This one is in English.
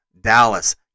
Dallas